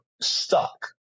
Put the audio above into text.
stuck